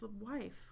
wife